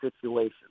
situation